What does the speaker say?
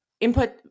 input